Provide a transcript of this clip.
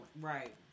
Right